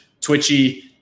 twitchy